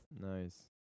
Nice